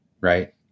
right